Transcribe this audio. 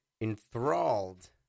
enthralled